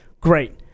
great